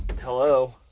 Hello